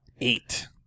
Eight